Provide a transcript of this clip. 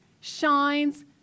shines